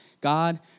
God